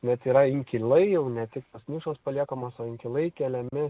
net yra inkilai jau ne tik tos nišos paliekamos o inkilai keliami